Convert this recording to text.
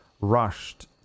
rushed